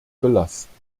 belasten